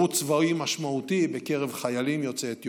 צבאי משמעותי בקרב חיילים יוצאי אתיופיה.